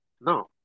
No